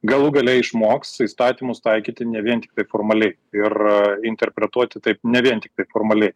galų gale išmoks įstatymus taikyti ne vien tiktai formaliai ir interpretuoti taip ne vien tiktai formaliai